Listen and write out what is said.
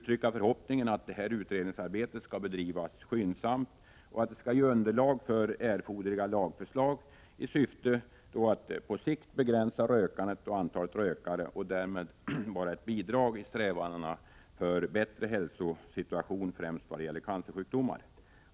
Min förhoppning är att detta utredningsarbete skall bedrivas skyndsamt och att det skall ge underlag för erforderliga lagförslag, som syftar till att på sikt begränsa rökandet och antalet rökare och därmed vara ett bidrag i strävandena för en bättre hälsosituation främst vad gäller cancersjukdomar.